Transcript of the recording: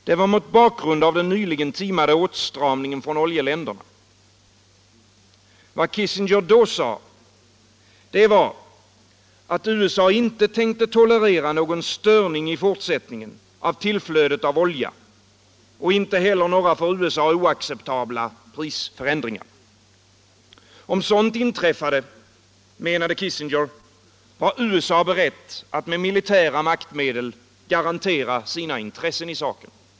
Det var mot bakgrund av den nyligen timade åtstramningen från oljeländerna. Vad Kissinger då sade var att USA i fortsättningen inte tänkte tolerera någon störning i tillflödet av olja, inte heller några för USA oacceptabla prisförändringar. Om sådant inträffade, menade Kissinger, var USA berett att med militära maktmedel garantera sina intressen i saken.